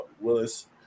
willis